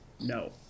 No